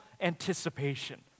anticipation